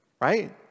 Right